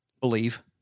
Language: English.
Believe